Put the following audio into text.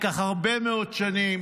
ייקח הרבה מאוד שנים